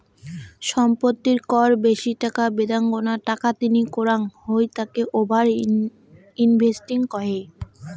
সম্পত্তির কর বেশি টাকা বেদাঙ্গনা টাকা তিনি করাঙ হই তাকে ওভার ইনভেস্টিং কহে